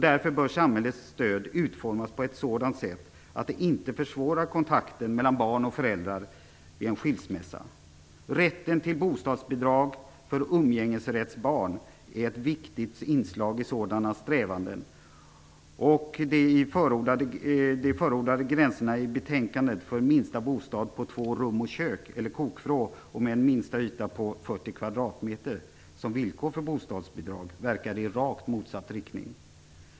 Därför bör samhällets stöd utformas på ett sådant sätt att det inte försvårar kontakten mellan barn och föräldrar vid en skilsmässa. Rätten till bostadsbidrag för umgängesrättsbarn är ett viktig inslag i sådana strävanden. De i betänkandet förordade gränserna, med en minsta bostad på två rum och kök eller kokvrå och en minsta yta på 40 kvadratmeter som villkor för bostadsbidrag, verkar i rakt motsatt riktning.